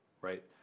right